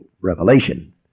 revelation